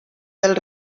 del